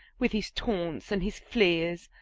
with his taunts and his fleers,